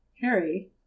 Harry